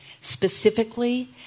Specifically